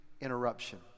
interruption